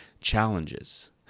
challenges